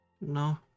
No